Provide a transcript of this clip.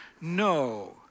No